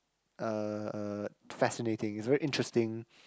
uh uh fascinating it's very interesting